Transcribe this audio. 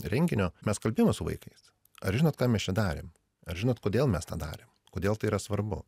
renginio mes kalbėjom su vaikais ar žinot ką mes čia darėm ar žinot kodėl mes tą darėm kodėl tai yra svarbu